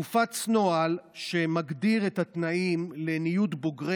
הופץ נוהל שמגדיר את התנאים לניוד בוגרי